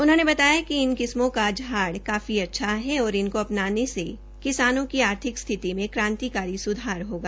उन्होंने बताया कि इन किस्मों का झाड़ काफी अच्छा है और इनकों अपनाने से किसानों की आर्थिक स्थिति में सुधार होगा